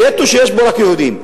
גטו שיש בו רק יהודים.